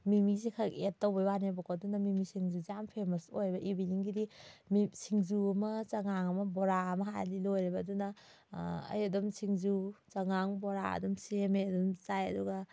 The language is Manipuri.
ꯃꯤꯃꯤꯁꯦ ꯈꯛ ꯑꯦꯠ ꯇꯧꯕꯩꯋꯥꯅꯦꯕꯀꯣ ꯑꯗꯨꯅ ꯃꯤꯃꯤ ꯁꯤꯡꯖꯨꯁꯦ ꯌꯥꯝ ꯐꯦꯃꯁ ꯑꯣꯏꯕ ꯏꯚꯦꯅꯤꯡꯒꯤꯗꯤ ꯁꯤꯡꯖꯨ ꯑꯃ ꯆꯥꯉꯥꯡ ꯑꯃ ꯕꯣꯔꯥ ꯑꯃ ꯍꯥꯏꯔꯗꯤ ꯂꯣꯏꯔꯦꯕ ꯑꯗꯨꯅ ꯑꯩ ꯑꯗꯨꯝ ꯁꯤꯡꯖꯨ ꯆꯥꯉꯥꯡ ꯕꯣꯔꯥ ꯑꯗꯨꯝ ꯁꯦꯝꯃꯦ ꯑꯗꯨꯝ ꯆꯥꯏ ꯑꯗꯨꯒ